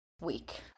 week